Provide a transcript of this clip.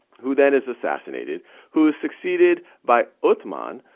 who then is assassinated who is succeeded by uthman,